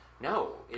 no